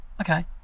Okay